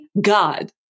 God